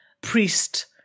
priest